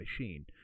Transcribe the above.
machine